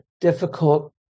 difficult